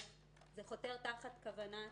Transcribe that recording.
אז זה חותר תחת כוונת